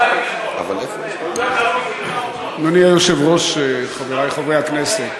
אדוני היושב-ראש, חברי חברי הכנסת,